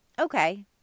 okay